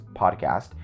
podcast